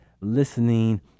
listening